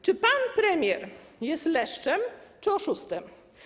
Czy pan premier jest leszczem, czy oszustem?